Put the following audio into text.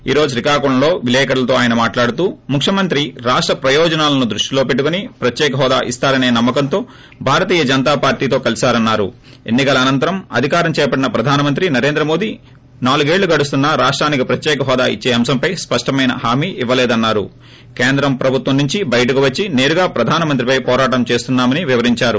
ఈ రోజు శ్రీకాకుళంలో విలేకర్లతో ఆయన మాట్లాడుతూ ముఖ్యమంత్రి రాష్ట్రామాజనాలను దృష్టిలో పెట్టుకుని ప్రత్యేక హోదా ఇస్తారసే నమ్మకంతో భారేతీయ జనతా పార్టీతో కలేశారని పిన్ని కల అనంతరం అధికారం చేపట్టిన ప్రధాన మంత్రి నరేంద్ర మోదీ మూడేళ్ళు గడుస్తున్నా రాష్టానికి ప్రత్యేక హోదా ఇచ్చే అంశంపై స్పష్టమైన హామీ ఇవ్వలేదని ఈ కారణంగ్లాసే కేంద్ర ప్రభుత్వం నుంచి బయటకు పెచ్చి సేరుగా ప్రధాన మంత్రిపై పోరాటం చేస్తున్నా మని వివరించారు